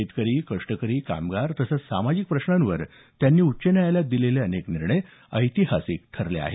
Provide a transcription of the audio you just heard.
शेतकरी कष्टकरी कामगार तसंच सामाजिक प्रश्रावर त्यांनी उच्च न्यायालयात दिलेले अनेक निर्णय ऐतिहासिक ठरले आहेत